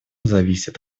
зависит